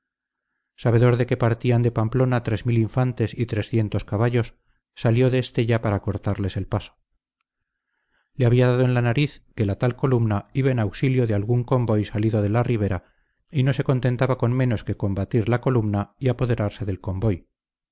sabedor de que partían de pamplona tres mil infantes y trescientos caballos salió de estella para cortarles el paso le había dado en la nariz que la tal columna iba en auxilio de algún convoy salido de la ribera y no se contentaba con menos que con batir la columna y apoderarse del convoy